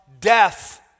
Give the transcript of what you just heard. death